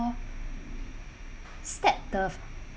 stab the